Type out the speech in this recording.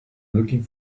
looking